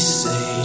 say